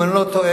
אם אני לא טועה,